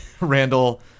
Randall